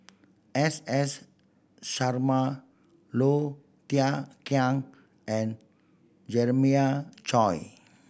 S S Sarma Low Thia Khiang and Jeremiah Choy